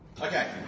Okay